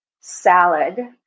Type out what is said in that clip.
salad